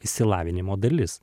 išsilavinimo dalis